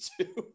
two